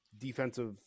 defensive –